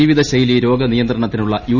ജീവിതശൈലി രോഗനിയന്ത്രണത്തിനുള്ള യു